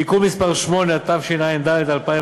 (תיקון מס' 8), התשע"ד 2014,